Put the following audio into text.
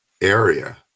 area